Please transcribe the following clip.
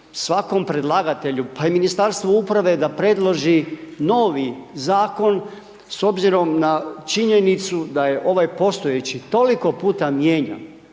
svakom predlagatelju pa i Ministarstvu uprave da predloži novi zakon s obzirom na činjenicu da je ovaj postojeći toliko puta mijenjan